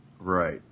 right